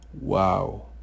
wow